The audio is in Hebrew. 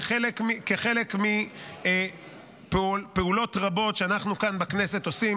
זה כחלק מפעולות רבות שאנחנו כאן בכנסת עושים,